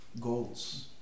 goals